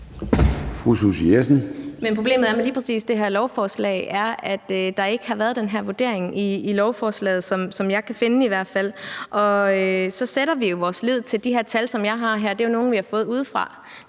problemet med lige præcis det her lovforslag er, at der ikke har været den her vurdering i lovforslaget, så vidt jeg i hvert fald kan se. Og så sætter vi jo vores lid til de her tal, som jeg har her. Det er nogle, vi har fået udefra.